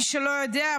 מי שלא יודע,